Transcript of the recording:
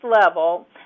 level